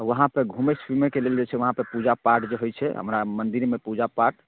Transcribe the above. वहाँपर घूमै फिरैके लेल जे छै वहाँपर पूजा पाठ जे होइ छै हमरा मन्दिरमे पूजा पाठ